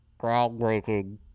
groundbreaking